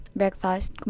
breakfast